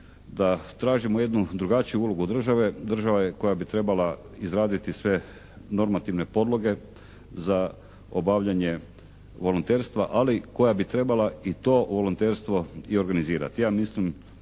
da tražimo jednu drugačiju ulogu države. Države koja bi trebala izraditi sve normativne podloge za obavljanje volonterstva ali koja bi trebala i to volonterstvo i organizirati.